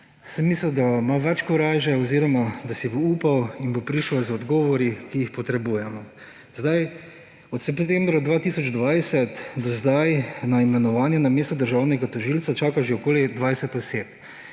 Sem mislil, da ima več korajže oziroma da si bo upal in bo prišel z odgovori, ki jih potrebujemo. Od septembra 2020 do zdaj na imenovanje na mesto državnega tožilca čaka že okoli 20 oseb.